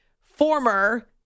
former